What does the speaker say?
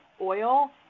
oil